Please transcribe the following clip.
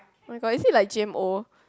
[oh]-my-god is that like